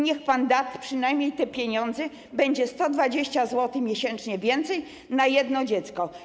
Niech pan da przynajmniej te pieniądze, to będzie 120 zł miesięcznie więcej na jedno dziecko.